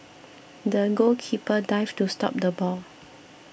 the goalkeeper dived to stop the ball